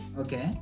okay